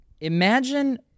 imagine